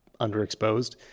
underexposed